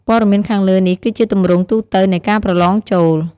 ព័ត៌មានខាងលើនេះគឺជាទម្រង់ទូទៅនៃការប្រឡងចូល។